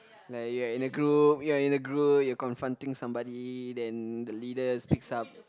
like you're in a group you're in a group you're confronting somebody then the leader speaks up